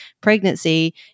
pregnancy